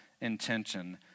intention